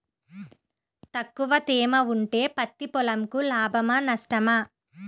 తక్కువ తేమ ఉంటే పత్తి పొలంకు లాభమా? నష్టమా?